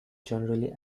generally